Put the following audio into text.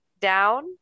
down